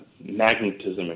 magnetism